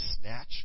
snatch